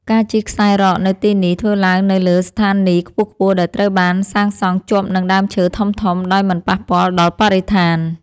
ការជិះខ្សែរ៉កនៅទីនេះ ធ្វើឡើងនៅលើស្ថានីយខ្ពស់ៗដែលត្រូវបានសាងសង់ជាប់នឹងដើមឈើធំៗដោយមិនប៉ះពាល់ដល់បរិស្ថាន។